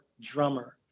drummer